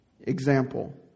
example